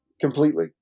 completely